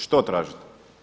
Što tražite?